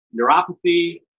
neuropathy